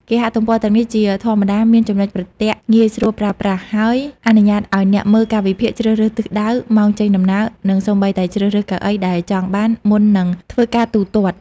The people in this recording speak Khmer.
គេហទំព័រទាំងនេះជាធម្មតាមានចំណុចប្រទាក់ងាយស្រួលប្រើប្រាស់ ហើយអនុញ្ញាតឱ្យអ្នកមើលកាលវិភាគ ជ្រើសរើសទិសដៅ ម៉ោងចេញដំណើរ និងសូម្បីតែ ជ្រើសរើសកៅអីដែលចង់បាន មុននឹងធ្វើការទូទាត់។